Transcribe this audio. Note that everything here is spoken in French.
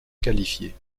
qualifiés